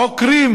עוקרים